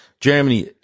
Germany